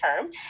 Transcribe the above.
term